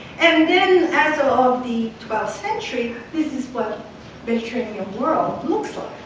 and then, as of the twelfth century, this is what the mediterranean world looks like,